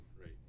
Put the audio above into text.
right